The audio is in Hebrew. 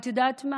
את יודעת מה?